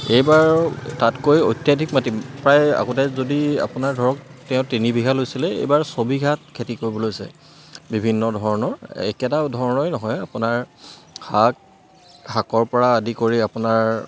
এইবাৰ তাতকৈ অত্যাধিক মাটি প্ৰায় আগতে যদি আপোনাৰ ধৰক তেওঁ তিনিবিঘা লৈছিলে এইবাৰ ছবিঘাত খেতি কৰিব লৈছে বিভিন্ন ধৰণৰ একেটা ধৰণৰে নহয় আপোনাৰ শাক শাকৰ পৰা আদি কৰি আপোনাৰ